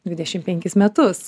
dvidešim penkis metus